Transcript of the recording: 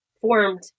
formed